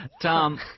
Tom